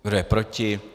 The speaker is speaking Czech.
Kdo je proti?